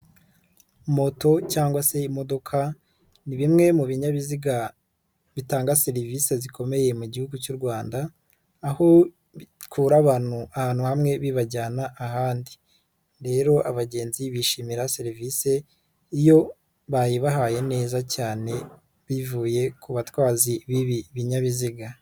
Moto cyangwa se imodoka ni bimwe mu binyabiziga bitanga serivisi zikomeye mu gihugu cy'u Rwanda, aho bikura abantu ahantu hamwe bibajyana ahandi, rero abagenzi bishimira serivisi iyo bayibahaye neza cyane bivuye ku batwazi b'ibi binyabiziga.